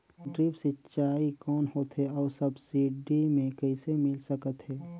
Drip सिंचाई कौन होथे अउ सब्सिडी मे कइसे मिल सकत हे?